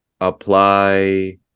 apply